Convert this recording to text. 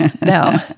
no